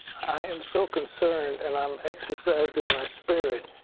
i am so concerned and i am exercising my spirit.